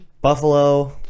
Buffalo